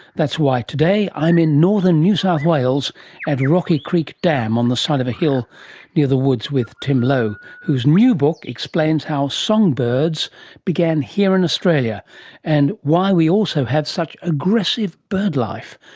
that's why today i'm in northern new south wales at rocky creek dam on the side of a hill near the woods with tim low, whose new book explains how songbirds began here in australia and why we also have such aggressive bird life.